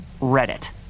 Reddit